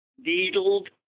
needled